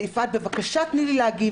והיה דיון מקצועי ורציני וקבעו תו סגול לבחוץ.